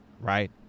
right